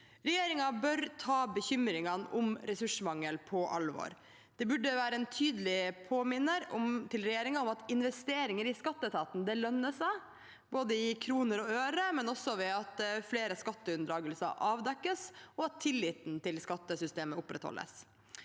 Regjeringen bør ta bekymringene om ressursmangel på alvor. Det burde være en tydelig påminnelse til regjeringen om at investeringer i skatteetaten lønner seg, både i kroner og øre og ved at flere skatteunndragelser avdekkes og tilliten til skattesystemet opprettholdes.